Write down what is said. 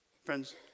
Friends